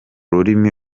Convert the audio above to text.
rurimi